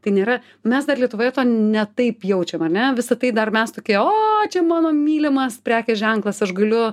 tai nėra mes dar lietuvoje to ne taip jaučiam ane visa tai dar mes tokie o čia mano mylimas prekės ženklas aš galiu